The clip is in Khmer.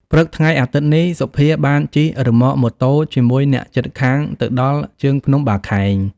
ព្រឹកថ្ងៃអាទិត្យនេះ សុភាបានជិះរឺម៉កម៉ូតូជាមួយអ្នកជិតខាងទៅដល់ ជើងភ្នំបាខែង ។